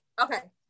Okay